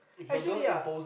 actually ya